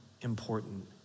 important